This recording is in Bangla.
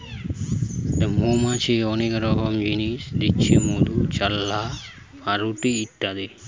মৌমাছি অনেক রকমের জিনিস দিচ্ছে মধু, চাল্লাহ, পাউরুটি ইত্যাদি